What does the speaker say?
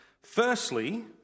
Firstly